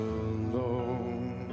alone